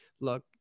look